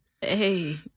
Hey